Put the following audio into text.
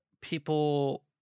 people